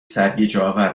سرگیجهآور